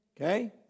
Okay